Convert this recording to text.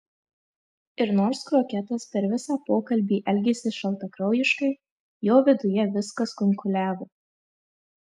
ir nors kroketas per visą pokalbį elgėsi šaltakraujiškai jo viduje viskas kunkuliavo